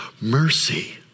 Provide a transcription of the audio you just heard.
mercy